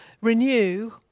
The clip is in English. renew